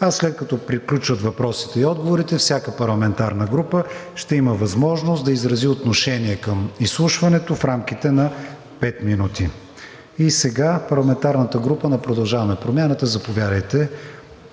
а след като приключат въпросите и отговорите, всяка парламентарна група ще има възможност да изрази отношение към изслушването в рамките на пет минути. Парламентарната група на „Продължаваме Промяната“ – заповядайте